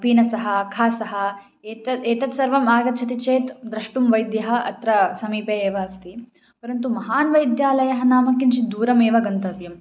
पीनसः खासः एतद् एतद् सर्वम् आगच्छति चेत् द्रष्टुं वैद्यः अत्र समीपे एव अस्ति परन्तु महान् वैद्यालयः नाम किञ्चित् दूरमेव गन्तव्यं